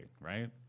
right